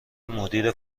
مدیر